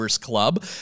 club